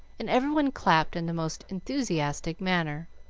and every one clapped in the most enthusiastic manner.